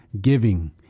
giving